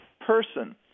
person